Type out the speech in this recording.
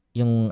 yung